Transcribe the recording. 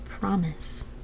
promise